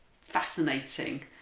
fascinating